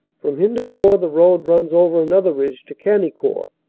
from hendecourt the road runs over another ridge to cagnicourt,